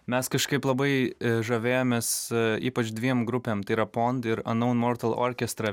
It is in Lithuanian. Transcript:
mes kažkaip labai žavėjomės ypač dviem grupėm tai yra pond ir anaun mortal orkestra